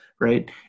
Right